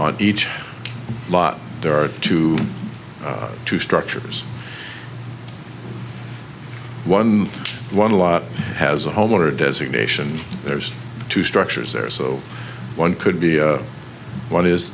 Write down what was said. on each lot there are two two structures one one lot has a homeowner designation there's two structures there so one could be one is